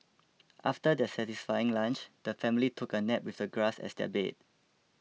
after their satisfying lunch the family took a nap with the grass as their bed